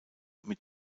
mit